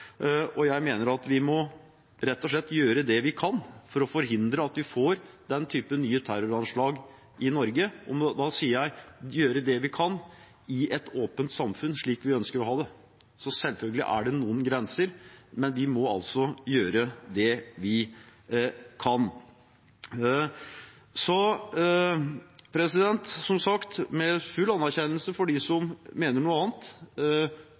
og jeg mener at vi rett og slett må gjøre det vi kan for å forhindre at vi får nye terroranslag av den typen i Norge. Da mener jeg: gjøre det vi kan i et åpent samfunn, slik vi ønsker å ha det. Det er selvfølgelig noen grenser, men vi må gjøre det vi kan. Som sagt: Med full anerkjennelse til dem som mener noe annet,